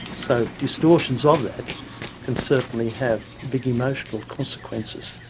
so distortions of that can certainly have big emotional consequences.